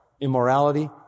immorality